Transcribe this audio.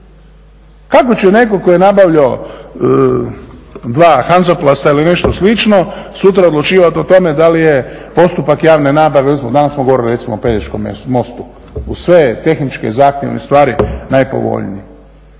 Kako će netko tko je nabavljao 2 hanzaplasta ili nešto slično sutra odlučivat o tome da li je postupak javne nabave, recimo danas smo govorili o Pelješkom mostu. Uz sve tehničke, zahtjevne stvari najpovoljniji.